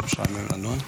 לא משעמם לנו.